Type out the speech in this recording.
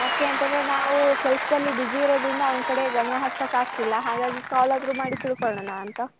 ಯಾಕೆ ಅಂತಂದರೆ ನಾವು ಕೆಲ್ಸದಲ್ಲಿ ಬಿಝಿ ಇರೋದರಿಂದ ಅವ್ನ ಕಡೆ ಗಮನ ಹರ್ಸಕ್ಕೆ ಆಗ್ತಿಲ್ಲ ಹಾಗಾಗಿ ಕಾಲ್ ಆದ್ರೂ ಮಾಡಿ ತಿಳ್ಕೊಳ್ಳೋಣ ಅಂತ